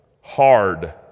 hard